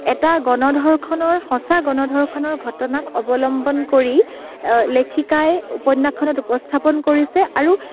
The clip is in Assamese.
এটা গণধৰ্ষণৰ সঁচা গণধৰ্ষণৰ ঘটনাক অৱলম্বন কৰি লেখিকাই উপন্যাসখনত উপস্থাপন কৰিছে আৰু